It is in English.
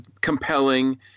compelling